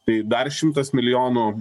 tai dar šimtas milijonų